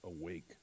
awake